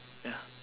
ya